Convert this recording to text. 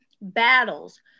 battles